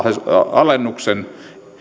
alennuksen